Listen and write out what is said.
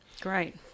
Great